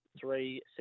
three